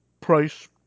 price